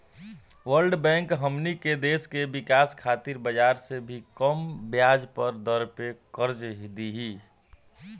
world bank हमनी के देश के विकाश खातिर बाजार से भी कम ब्याज दर पे कर्ज दिही